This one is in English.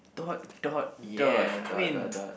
dot dot dot I mean